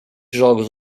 jogos